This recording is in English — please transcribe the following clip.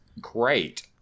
great